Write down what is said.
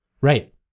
Right